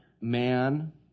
man